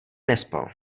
nespal